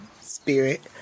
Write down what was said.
spirit